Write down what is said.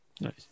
nice